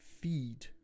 feed